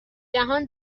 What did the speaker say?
جهان